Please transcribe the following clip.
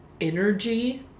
energy